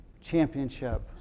championship